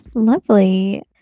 Lovely